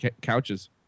couches